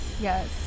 yes